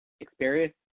Experience